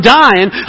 dying